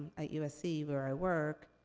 at usc where i work,